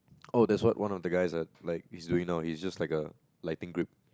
oh that's what one of the guys err like is doing now he's just like a lighting grip